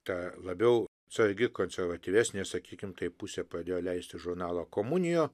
ta labiau atsargi konservatyvesnė sakykim taip pusė padėjo leisti žurnalą komunijo